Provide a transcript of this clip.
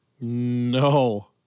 No